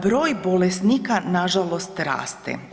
Broj bolesnika nažalost raste.